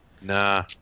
Nah